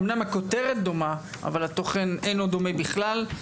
אמנם הכותרת דומה אבל התוכן אינו דומה בכלל.